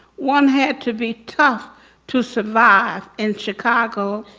one had to be tough to survive in chicago.